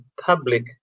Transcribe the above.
public